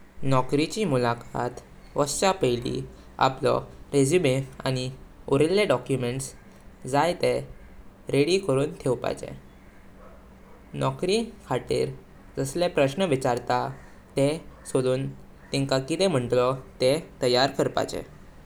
नोकरीची मुलाताक वस्चा पैली आपलो रेज़्यूमे आनी उरील डॉक्युमेंट्स जाइ तेह रेडी करून ठेव्याचें। नोकरी कस्ले प्रश्ना विचारता तेह सोडून तिंका किदें मंतलो तेह तैय्यार करपाचें।